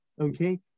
Okay